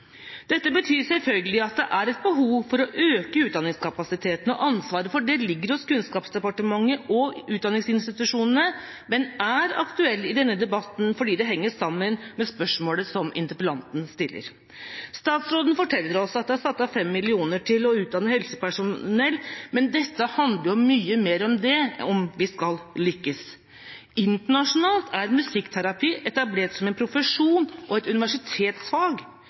Dette betyr selvfølgelig at det er et behov for å øke utdanningskapasiteten. Ansvaret for det ligger hos Kunnskapsdepartementet og utdanningsinstitusjonene, men det er aktuelt i denne debatten fordi det henger sammen med spørsmålet som interpellanten stiller. Statsråden forteller oss at det er satt av 5 mill. kr til å utdanne helsepersonell. Men dette handler om mye mer enn det om vi skal lykkes. Internasjonalt er musikkterapi etablert som en profesjon og et universitetsfag.